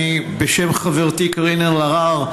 אני מציג את החוק בשם חברתי קארין אלהרר.